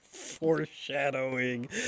Foreshadowing